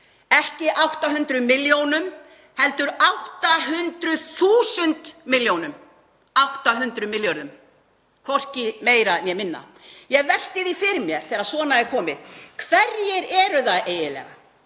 Ekki 800 milljónum heldur 800.000 milljónum, 800 milljörðum, hvorki meira né minna. Ég velti því fyrir mér þegar svona er komið: Hverjir eru það eiginlega